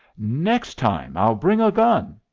next time, i'll bring a gun.